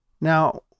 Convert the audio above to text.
Now